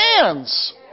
hands